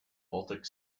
baltic